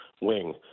wing